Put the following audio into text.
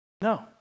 No